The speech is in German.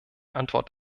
antwort